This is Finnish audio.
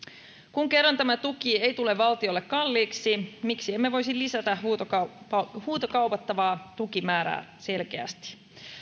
kun kerran tämä tuki ei tule valtiolle kalliiksi miksi emme voisi lisätä huutokaupattavaa huutokaupattavaa tukimäärää selkeästi